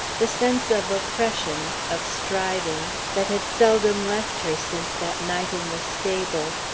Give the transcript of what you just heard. the sense of oppression, of striving, that had seldom left her since that night in the stable,